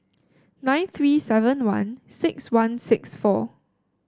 nine three seven one six one six four